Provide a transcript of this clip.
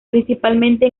principalmente